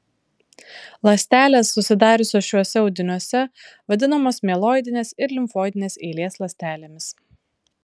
ląstelės susidariusios šiuose audiniuose vadinamos mieloidinės ir limfoidinės eilės ląstelėmis